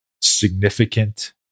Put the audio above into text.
significant